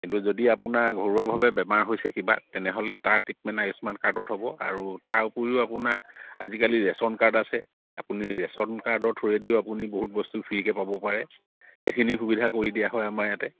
কিন্তু যদি আপোনাৰ ঘৰুৱাভাৱে বেমাৰ হৈছে কিবা তেনেহ'লে তাৰ ট্ৰিটমেণ্ট আয়ুস্মান কাৰ্ডত হ'ব আৰু তাৰ উপৰিও আপোনাৰ আজিকালি ৰেচন কাৰ্ড আছে আপুনি ৰেচন কাৰ্ডৰ থ্ৰ'য়েদিও আপুনি বহুত বস্তু ফ্ৰীকৈ পাব পাৰে সেইখিনি সুবিধা কৰি দিয়া হয় আমাৰ ইয়াতে